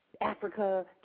Africa